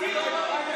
לפיד לא מעריך אותה.